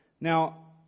Now